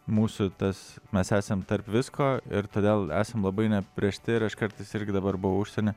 mūsų tas mes esam tarp visko ir todėl esam labai neapibrėžti ir aš kartais irgi dabar buvau užsieny